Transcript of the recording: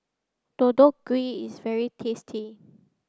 Deodeok Gui is very tasty